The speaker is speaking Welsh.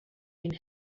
ein